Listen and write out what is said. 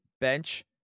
bench